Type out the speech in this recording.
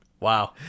Wow